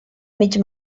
mig